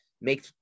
make